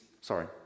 sorry